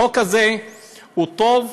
החוק הזה הוא טוב,